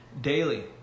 daily